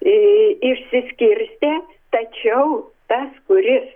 ir išsiskirstė tačiau tas kuris